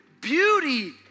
beauty